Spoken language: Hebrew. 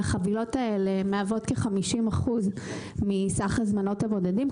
החבילות האלה מהוות כ-50% מסך הזמנות הבודדים.